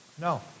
No